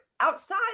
outside